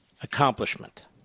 accomplishment